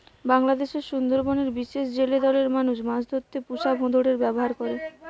বাংলাদেশের সুন্দরবনের বিশেষ জেলে দলের মানুষ মাছ ধরতে পুষা ভোঁদড়ের ব্যাভার করে